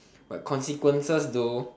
but consequences though